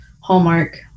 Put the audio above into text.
Hallmark